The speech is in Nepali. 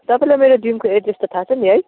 तपाईँलाई मेरो जिमको एड्रेस त थाह छ नि है